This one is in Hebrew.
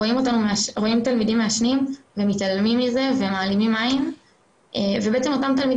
רואים תלמידים מעשנים ומתעלמים מזה ומעלימים עין ובעצם אותם תלמידים